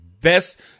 best